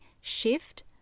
shift